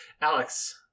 alex